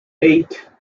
eight